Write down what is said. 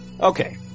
okay